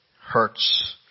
hurts